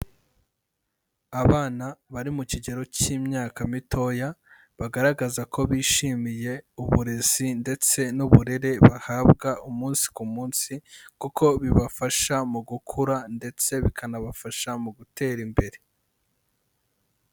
Abana bari mu kigero cy'imyaka mitoya, bagaragaza ko bishimiye uburezi ndetse n'uburere bahabwa umunsi ku munsi kuko bibafasha mu gukura ndetse bikanabafasha mu gutera imbere.